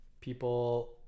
people